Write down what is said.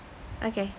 okay